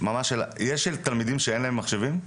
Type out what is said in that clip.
יש תלמידים שאין להם מחשבים,